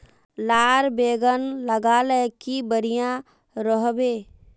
लार बैगन लगाले की बढ़िया रोहबे?